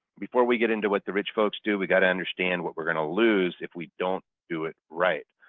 before we get into what the rich folks do, we got to understand what we're going to lose if we don't do it right.